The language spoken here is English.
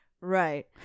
Right